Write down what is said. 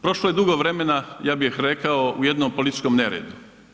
Prošlo je dugo vremena, ja bih rekao u jednom političkom neredu.